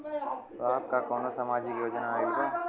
साहब का कौनो सामाजिक योजना आईल बा?